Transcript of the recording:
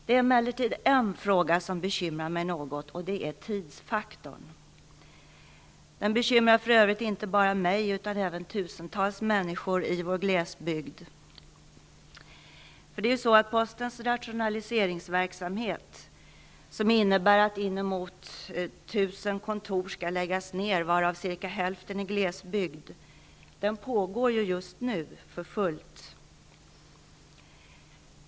Det finns emellertid en fråga som bekymrar mig något, nämligen tidsfaktorn. Frågan bekymrar för övrigt inte bara mig utan även tusentals människor i vår glesbygd. Postens rationaliseringsverksamhet, som innebär att ca 1 000 kontor skall läggas ned, varav cirka hälften i glesbygd, pågår just nu för fullt.